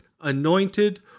anointed